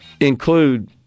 include